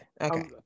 Okay